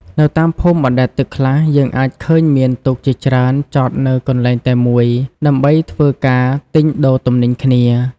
នៅតាមភូមិបណ្ដែតទឹកខ្លះ យើងអាចឃើញមានទូកជាច្រើនចតនៅកន្លែងតែមួយដើម្បីធ្វើការទិញដូរទំនិញគ្នា។